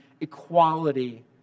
equality